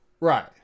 Right